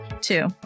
Two